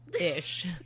ish